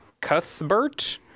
Cuthbert